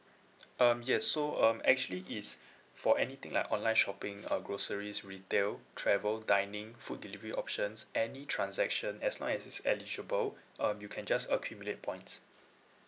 um yes so um actually it's for anything like online shopping uh groceries retail travel dining food delivery options any transaction as long as it's eligible um you can just accumulate points